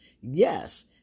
Yes